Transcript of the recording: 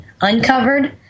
uncovered